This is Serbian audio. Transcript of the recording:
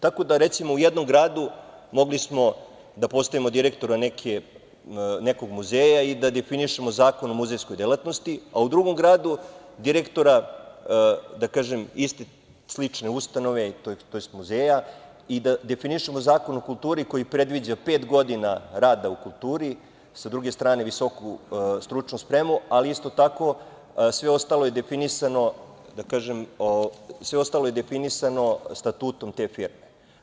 Tako da recimo u jednom gradu mogli smo da postavimo direktora na nekog muzeja i da definišemo Zakon o muzejskoj delatnosti, a u drugom gradu, direktora, da kažem slične ustave to jest muzeja, i da definišemo Zakon o kulturi koji predviđa pet godina rada u kulturi, sa druge strane visoku stručnu spremu ali isto tako sve ostalo je definisano statutom te firme.